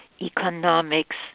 economics